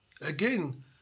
Again